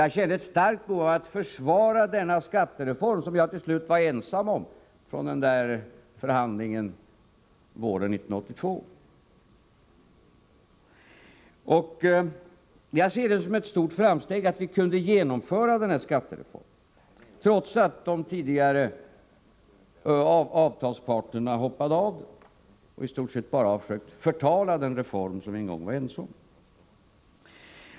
Jag kände ett starkt behov att försvara denna skattereform, som jag till slut var ensam om, från förhandlingen våren 1982. Jag ser det som ett stort framsteg att vi kunde genomföra denna skattereform, trots att de tidigare avtalsparterna hoppade av och i stort sett bara har försökt förtala den reform som vi en gång vara ense om.